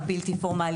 החינוך הבלתי פורמלי,